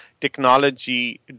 technology